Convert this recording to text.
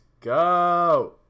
go